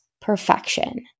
perfection